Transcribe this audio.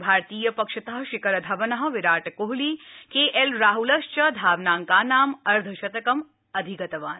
भारतीयपक्षतः शिखरधवनः Virat Kohli KL राहलश्व धावनाङ्कानां अर्थशतकम् अधिगतवान्